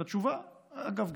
אגב,